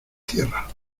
cierra